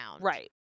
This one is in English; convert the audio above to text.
Right